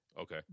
Okay